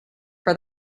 for